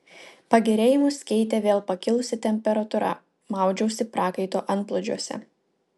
pagerėjimus keitė vėl pakilusi temperatūra maudžiausi prakaito antplūdžiuose